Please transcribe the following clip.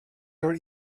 your